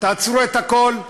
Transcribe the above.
תעצרו את הכול,